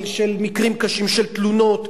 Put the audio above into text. של מקרים קשים של תלונות,